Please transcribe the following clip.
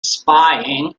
spying